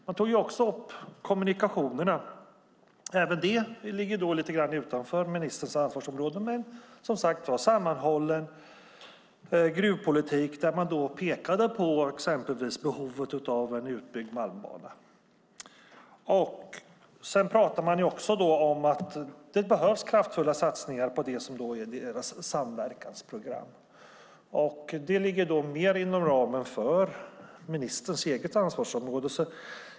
Även frågan om kommunikationerna togs upp - också det ligger lite grann utanför ministerns ansvarsområde - men man pekar på en sammanhållen gruvpolitik med behovet av en utbyggd malmbana. Det behövs kraftfulla satsningar på branschens samverkansprogram. Det ligger mer inom ramen för ministerns eget ansvarsområde.